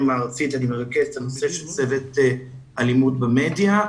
הארצית את הנושא של צוות אלימות במדיה.